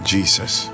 Jesus